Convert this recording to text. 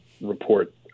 report